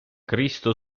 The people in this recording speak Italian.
cristo